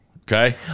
Okay